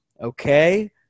Okay